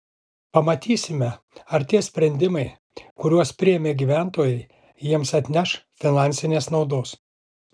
pamatysime ar tie sprendimai kuriuos priėmė gyventojai jiems atneš finansinės naudos